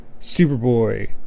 Superboy